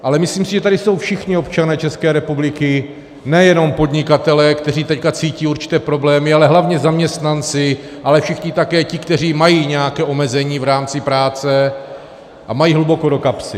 Ale myslím, že tady jsou všichni občané České republiky, nejenom podnikatelé, kteří teď cítí určité problémy, ale hlavně zaměstnanci, ale také všichni ti, kteří mají nějaké omezení v rámci práce a mají hluboko do kapsy.